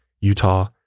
Utah